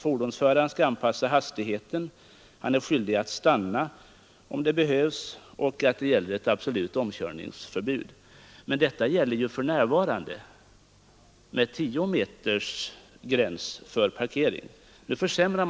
Fordonsföraren skall anpassa hastigheten, så att fara inte uppkommer, han är skyldig att stanna, om så behövs, och vidare gäller absolut omkörningsförbud vid obevakat övergångsställe.